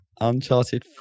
Uncharted